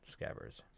scabbers